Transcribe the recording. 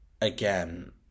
again